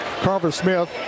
Carver-Smith